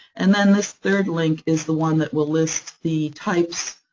and then this third link is the one that will list the types,